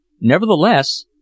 Nevertheless